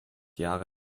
jahre